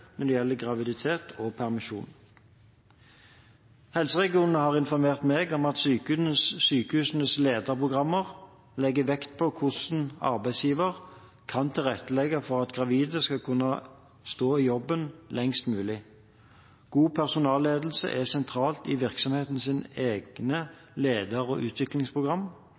når det gjelder graviditet og permisjon. De regionale helseforetakene har informert meg om at sykehusenes lederprogrammer legger vekt på hvordan arbeidsgiver kan tilrettelegge for at gravide skal kunne stå i jobben lengst mulig. God personalledelse er sentralt i virksomhetenes egne leder- og utviklingsprogram.